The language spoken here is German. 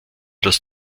das